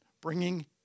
bringing